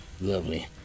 Lovely